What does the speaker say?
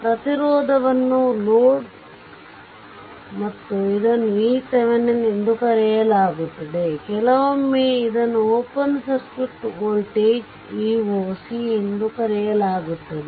ಪ್ರತಿರೋಧವನ್ನು ಲೋಡ್ ಮಾಡಿ ಮತ್ತು ಇದನ್ನು vThevenin ಎಂದು ಕರೆಯಲಾಗುತ್ತದೆ ಕೆಲವೊಮ್ಮೆ ಇದನ್ನು open circuit voltage v oc ಎಂದೂ ಕರೆಯಲಾಗುತ್ತದೆ